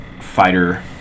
fighter